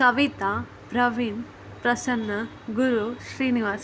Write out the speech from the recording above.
Kavita Praveen Prasanna Guru Srinivas